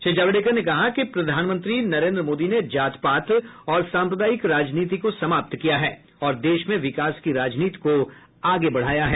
श्री जावड़ेकर ने कहा कि प्रधानमंत्री नरेन्द्र मोदी ने जात पात और साम्प्रदायिक राजनीति को समाप्त किया है और देश में विकास की राजनीति को आगे बढ़ाया है